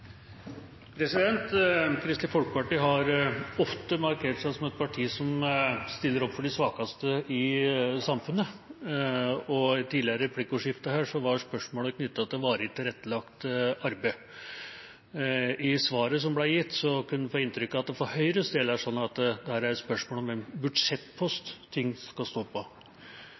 Kristelig Folkeparti har ofte markert seg som et parti som stiller opp for de svakeste i samfunnet. I et tidligere replikkordskifte var spørsmålet knyttet til varig tilrettelagt arbeid. I svaret som ble gitt, kunne en få inntrykk av at for Høyres del er dette et spørsmål om hvilken budsjettpost ting skal stå på.